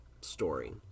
story